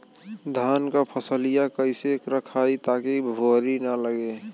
धान क फसलिया कईसे रखाई ताकि भुवरी न लगे?